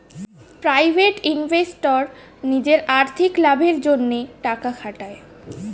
private investor নিজের আর্থিক লাভের জন্যে টাকা খাটায়